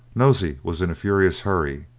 nosey was in a furious hurry,